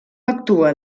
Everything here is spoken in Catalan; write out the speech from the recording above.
actua